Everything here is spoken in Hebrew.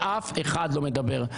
ואף אחד לא מדבר.